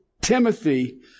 Timothy